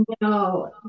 No